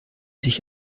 sich